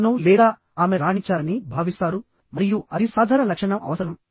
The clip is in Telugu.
అతను లేదా ఆమె రాణించాలని భావిస్తారు మరియు అది సాధన లక్షణం అవసరం